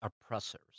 oppressors